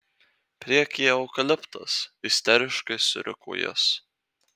priekyje eukaliptas isteriškai suriko jis